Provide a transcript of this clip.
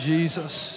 Jesus